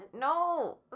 No